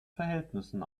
verhältnissen